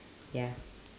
ya